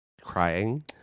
crying